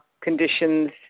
conditions